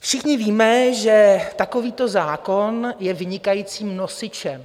Všichni víme, že takovýto zákon je vynikajícím nosičem.